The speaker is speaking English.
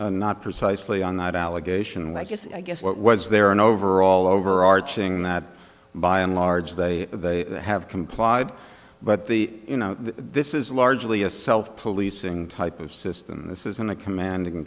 precisely on that allegation like yes i guess what was there an overall overarching that by and large they they have complied but the you know this is largely a self policing type of system this isn't a command